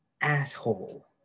asshole